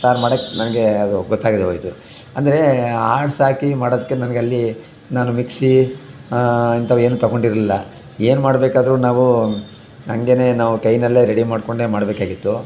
ಸಾರು ಮಾಡಕ್ಕೆ ನನಗೆ ಅದು ಗೊತ್ತಾಗದೇ ಹೋಯ್ತು ಅಂದರೆ ಆಡ್ಸಾಕಿ ಮಾಡೋದಕ್ಕೆ ನನಗಲ್ಲಿ ನಾನು ಮಿಕ್ಸಿ ಇಂಥವೇನು ತೊಗೊಂಡಿರ್ಲಿಲ್ಲ ಏನು ಮಾಡಬೇಕಾದ್ರು ನಾವು ಹಂಗೇನೇ ನಾವು ಕೈಯಲ್ಲೇ ರೆಡಿ ಮಾಡಿಕೊಂಡೇ ಮಾಡಬೇಕಾಗಿತ್ತು